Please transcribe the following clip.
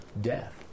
death